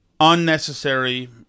unnecessary